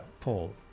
Paul